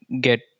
get